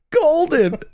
golden